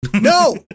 No